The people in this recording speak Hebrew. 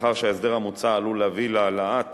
מאחר שההסדר המוצע עלול להביא להעלאת